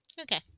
Okay